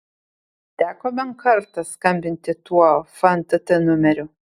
teko bent kartą skambinti tuo fntt numeriu